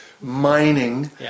mining